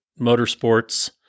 motorsports